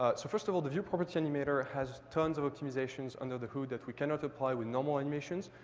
ah so first of all, the view property animator has tons of optimizations under the hood that we cannot apply with normal animations.